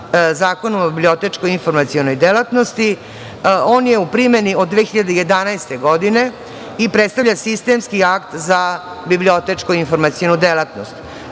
Zakonom o bibliotečko-informacionoj delatnosti. On je u primeni od 2011. godine i predstavlja sistemski akt za bibliotečko-informacionu delatnost.